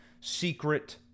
secret